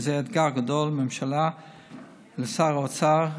וזה אתגר גדול לממשלה ולשר האוצר,